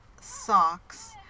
socks